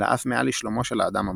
אלא אף מעל לשלומו של האדם הבודד.